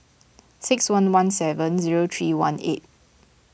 six one one seven zero three one eight